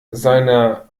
seiner